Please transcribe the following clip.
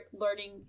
learning